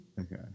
Okay